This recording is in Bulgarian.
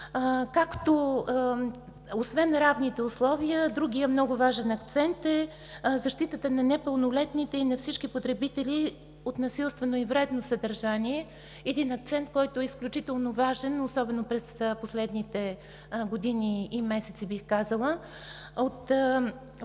Освен равните условия, другият много важен акцент е защитата на непълнолетните и на всички потребители от насилствено и вредно съдържание – акцент, който е изключително важен, особено през последните месеци и години.